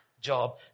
job